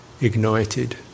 ignited